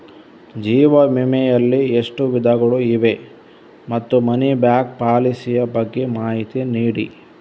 ಜೀವ ವಿಮೆ ಯಲ್ಲಿ ಎಷ್ಟು ವಿಧಗಳು ಇವೆ ಮತ್ತು ಮನಿ ಬ್ಯಾಕ್ ಪಾಲಿಸಿ ಯ ಬಗ್ಗೆ ಮಾಹಿತಿ ನೀಡಿ?